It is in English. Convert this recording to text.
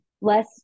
Less